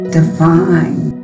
divine